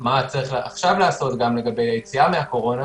מה צריך עכשיו לעשות גם לגבי היציאה מהקורונה.